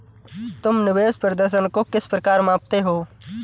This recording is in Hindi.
तुम निवेश प्रदर्शन को किस प्रकार मापते हो?